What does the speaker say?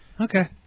Okay